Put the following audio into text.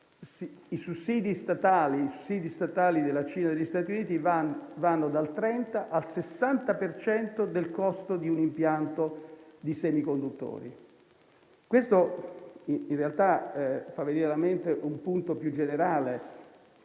i sussidi statali della Cina e degli Stati Uniti vanno dal 30 al 60 per cento del costo di un impianto di semiconduttori. Questo fa venire alla mente un punto più generale: